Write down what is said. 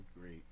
great